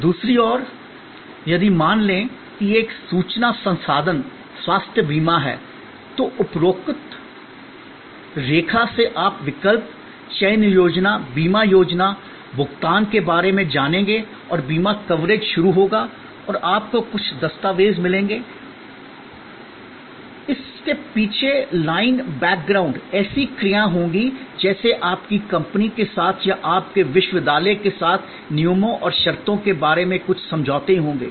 दूसरी ओर यदि मान लें कि यह एक सूचना संसाधन स्वास्थ्य बीमा है तो उपरोक्त रेखा से आप विकल्प चयन योजना बीमा योजना भुगतान के बारे में जानेंगे और बीमा कवरेज शुरू होगा और आपको कुछ दस्तावेज मिलेंगे आदि के पीछे लाइन बैकग्राउंड ऐसी क्रियाएं होंगी जैसे आपकी कंपनी के साथ या आपके विश्वविद्यालय के साथ नियमों और शर्तों के बारे में कुछ समझौते होंगे